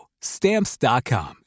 Stamps.com